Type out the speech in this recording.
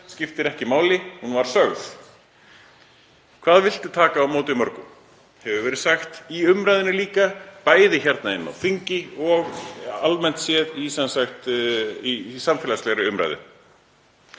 skiptir ekki máli. Hún var borin upp. Hvað viltu taka á móti mörgum? hefur verið sagt í umræðunni líka, bæði hérna inni á þingi og almennt séð í samfélagslegri umræðu,